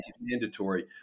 mandatory